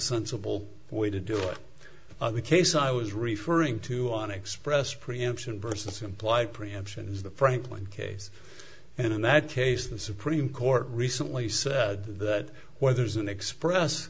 sensible way to do it the case i was referring to on expressed preemption versus implied preemption is the franklin case and in that case the supreme court recently said that where there is an express